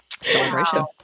Celebration